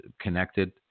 connected